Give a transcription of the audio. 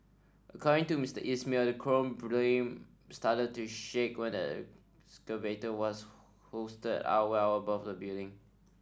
according to Mister Is mail the crane boom started to shake when the excavator was hoisted up well above the building